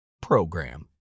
program